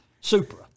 Supra